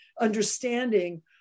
understanding